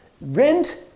Rent